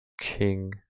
king